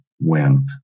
win